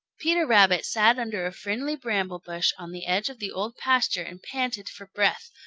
peter rabbit sat under a friendly bramble-bush on the edge of the old pasture and panted for breath,